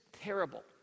terrible